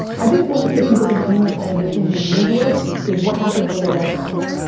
i think one thing that people confuse ambitions and dreams with, is what happens when they don't happen.